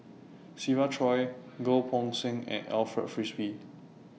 Siva Choy Goh Poh Seng and Alfred Frisby